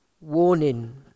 warning